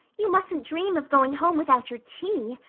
you mustn't dream of going home without your tea,